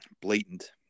Blatant